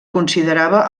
considerava